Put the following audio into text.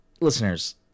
listeners